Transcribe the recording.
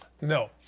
no